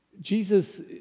Jesus